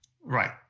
Right